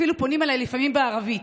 אפילו פונים אליי לפעמים בערבית.